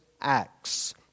Acts